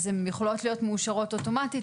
אז הן יכולות להיות מאושרות אוטומטית.